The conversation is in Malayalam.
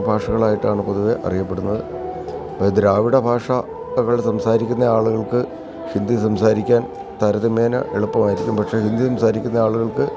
ഭാഷകളായിട്ടാണ് പൊതുവേ അറിയപ്പെടുന്നത് അപ്പോള് ഈ ദ്രാവിഡ ഭാഷകൾ സംസാരിക്കുന്നയാളുകള്ക്ക് ഹിന്ദി സംസാരിക്കാൻ താരതമ്യേന എളുപ്പമായിരിക്കും പക്ഷേ ഹിന്ദി സംസാരിക്കുന്നയാളുകള്ക്ക്